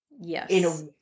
Yes